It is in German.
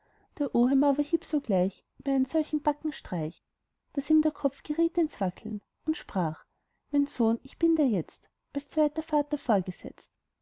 der oheim aber hieb sogleich ihm einen solchen backenstreich daß ihm der kopf geriet ins wackeln und sprach mein sohn ich bin dir jetzt als zweiter vater vorgesetzt